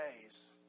days